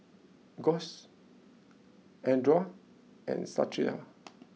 Guss Andra and Stacia